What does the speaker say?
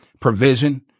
Provision